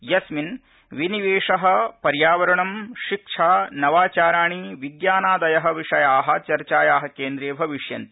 यस्मिन् विनिवेशः पर्यावरणम् शिक्षा नवाचाराणि विज्ञानादयः विषयाः चर्चायाः केन्द्रे भविष्यन्ति